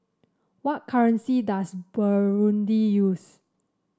what currency does Burundi use